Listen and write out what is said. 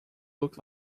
look